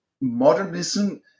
modernism